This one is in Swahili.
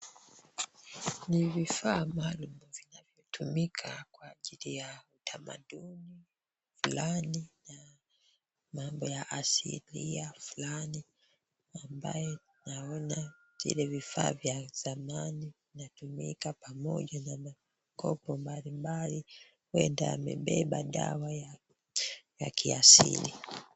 Ni vifaa maalum vinavyotumika kwa ajili ya utamaduni fulani ya mambo ya asilia ya fulani ambayo naona vile vifaa vya zamani vinatumika pamoja na makopo mbalimbali, huenda amebeba dawa ya kiasili.